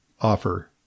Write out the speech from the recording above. offer